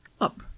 up